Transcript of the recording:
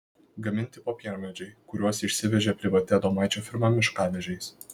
gaminti popiermedžiai kuriuos išsivežė privati adomaičio firma miškavežiais